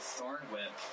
Thornwhip